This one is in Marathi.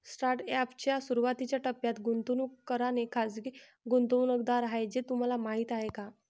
स्टार्टअप च्या सुरुवातीच्या टप्प्यात गुंतवणूक करणारे खाजगी गुंतवणूकदार आहेत हे तुम्हाला माहीत आहे का?